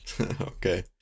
Okay